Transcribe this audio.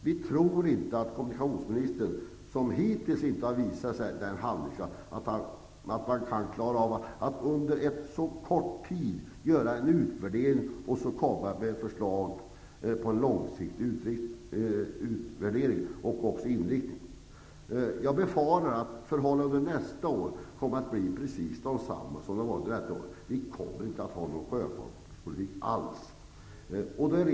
Vi tror inte att kommunikationsministern, som hittills inte visat sådan handlingskraft, kan klara att under en så kort tid göra en utvärdering och komma med ett förslag till en långsiktig inriktning. Jag befarar att förhållandena kommer att bli precis desamma nästa år som de varit under detta. Vi kommer inte att ha någon sjöfartspolitik över huvud taget.